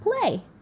play